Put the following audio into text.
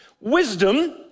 Wisdom